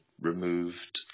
removed